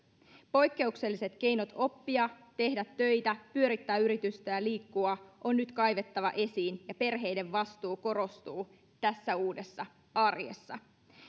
poikkeukselliset keinot oppia tehdä töitä pyörittää yritystä ja liikkua on nyt kaivettava esiin ja perheiden vastuu korostuu tässä uudessa arjessa